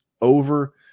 over